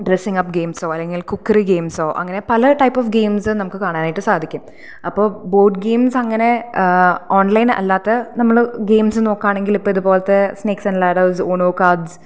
dressing up ഗെയിംസോ അല്ലെങ്കിൽ cookery ഗെയിംസോ അങ്ങനെ പല ടൈപ്സ് ഓഫ് ഗെയിംസ് നമുക്ക് കാണാനായിട്ട് സാധിക്കും അപ്പോൾ ബോർഡ് ഗെയിംസ് അങ്ങനെ ഓൺലൈൻ അല്ലാത്ത നമ്മള് ഗെയിംസ് നോക്കുകയാണെങ്കില് ഇപ്പം ഇത്പോലത്തെ സ്നേക്സ് ആൻഡ് ലാഡേർസ് ഉന്നോ കാർഡസ്